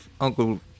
Uncle